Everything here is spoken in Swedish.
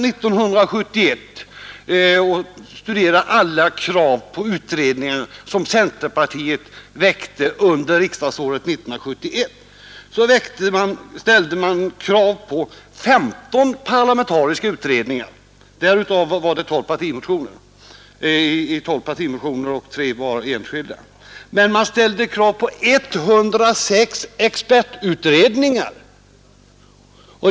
Studerar man alla krav på utredningar som centerpartiet framförde under riksdagsåret 1971 finner man att centerpartiet motionsledes ställde krav på 15 parlamentariska utredningar, och av motionerna var 12 partimotioner och 3 enskilda. Men man ställde krav på 106 expertutredningar.